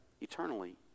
eternally